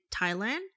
Thailand